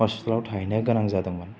हस्पितालाव थाहैनो गोनां जादोंमोन